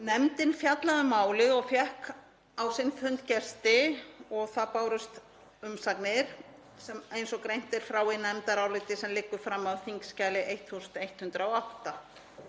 Nefndin fjallaði um málið og fékk á sinn fund gesti og það bárust umsagnir eins og greint er frá í nefndaráliti sem liggur frammi á þskj. 1108.